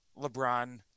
LeBron